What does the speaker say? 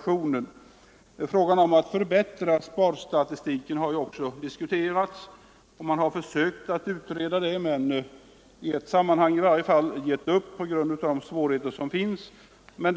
punkter. Frågan om att förbättra sparstatistiken har diskuterats, och man har försökt utreda möjligheterna härtill men givit upp på grund av de svårigheter som föreligger.